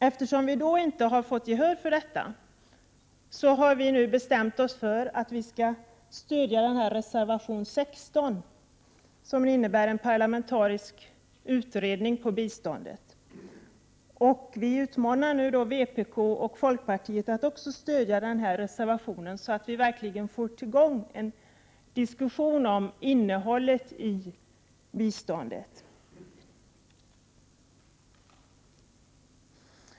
Eftersom vi alltså inte har fått gehör för våra synpunkter har vi bestämt oss för att i stället stödja reservation 16 som innebär att en parlamentarisk utredning skall ompröva det svenska utvecklingssamarbetets inriktning och arbetsmetoder. Vi utmanar nu vpk och folkpartiet att också stödja denna reservation, så att vi verkligen får till stånd en diskussion om innehållet i biståndet.